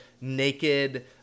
naked –